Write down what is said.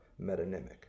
metonymic